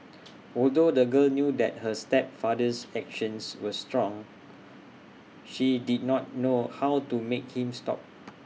although the girl knew that her stepfather's actions were strong she did not know how to make him stop